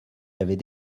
avaient